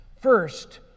First